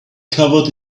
covered